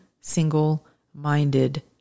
single-minded